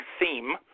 theme